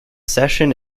session